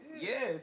Yes